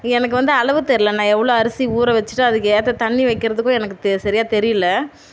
எனக்கு வந்து அளவு தெரியல நான் எவ்வளோ அரிசி ஊறவச்சிட்டு அதுக்கு ஏற்ற தண்ணி வைக்கிறத்துக்கும் எனக்கு தெ சரியாக தெரியிலை